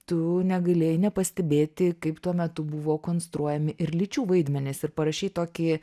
tu negalėjai nepastebėti kaip tuo metu buvo konstruojami ir lyčių vaidmenys ir parašei tokį